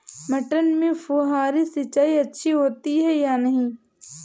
मटर में फुहरी सिंचाई अच्छी होती है या नहीं?